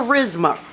Charisma